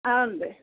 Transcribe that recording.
ಹಾಂ ರಿ